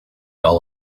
all